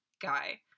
Guy